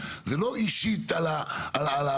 זה לא אישית על הבן-אדם.